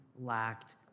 lacked